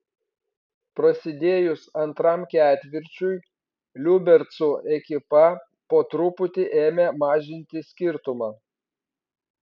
prasidėjus antram ketvirčiui liubercų ekipa po truputį ėmė mažinti skirtumą